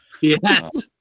Yes